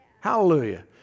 Hallelujah